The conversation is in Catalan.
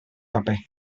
paper